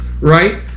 Right